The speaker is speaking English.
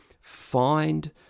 find